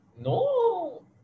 No